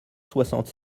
soixante